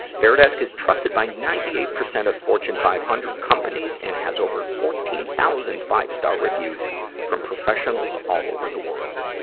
varidesk is trusted by ninety eight percent of fortune five hundred companies and has over fourteen thousand five-star reviews from professionals all over the world.